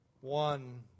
One